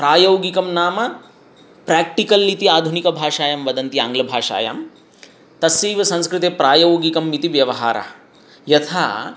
प्रायोगिकं नाम प्रेक्टिकल् इति आधुनिक भाषायां वदन्ति आङ्ग्लभाषायां तस्यैव संस्कृते प्रायोगिकं इति व्यवहारः यथा